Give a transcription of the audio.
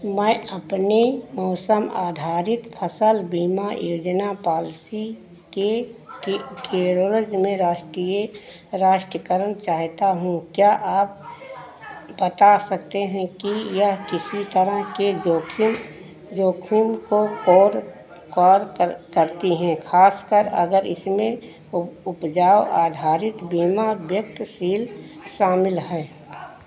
मैं अपने मौसम आधारित फसल बीमा योजना पॉलिसी के के में राष्ट्रीय राष्ट्र कर्म चाहता हूँ क्या आप बात सकते हैं कि यह किसी तरह के जोखिम जोखिम को कौर कौर कर करते हैं खास कर अगर इसमें वो उपजाव आधारित बीमा गतिशील शामिल है